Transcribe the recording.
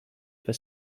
for